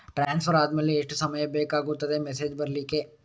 Transfer ಆದ್ಮೇಲೆ ಎಷ್ಟು ಸಮಯ ಬೇಕಾಗುತ್ತದೆ ಮೆಸೇಜ್ ಬರ್ಲಿಕ್ಕೆ?